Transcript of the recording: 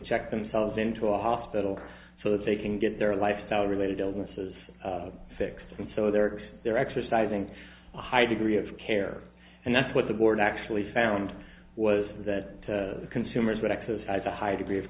check themselves into a hospital so that they can get their lifestyle related illnesses fixed and so they are they're exercising a high degree of care and that's what the board actually found was that consumers would exercise a high degree of